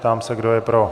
Ptám se, kdo je pro.